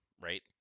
right